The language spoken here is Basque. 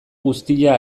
guztia